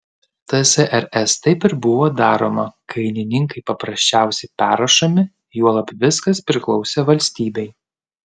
tsrs taip ir buvo daroma kainininkai paprasčiausiai perrašomi juolab viskas priklausė valstybei